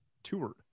Toured